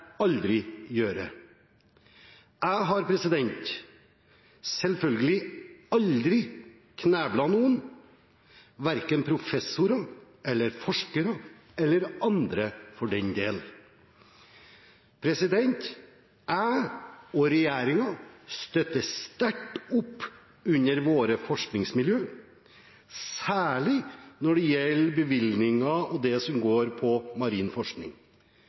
aldri gjøre. Jeg har selvfølgelig aldri kneblet noen, verken professorer, forskere eller andre, for den del. Jeg og regjeringen støtter sterkt opp om våre forskningsmiljø, særlig når det gjelder bevilgninger og det som går på marin forskning.